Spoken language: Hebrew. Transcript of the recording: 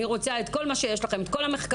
אני רוצה את כל מה שיש לכם, את כל המחקרים.